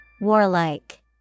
Warlike